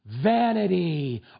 vanity